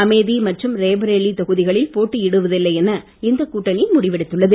அமேதி மற்றும் ரேபரேலி தொகுதிகளில் போட்டியிடுவதில்லை என இந்த கூட்டணி முடிவெடுத்துள்ளது